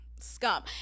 scum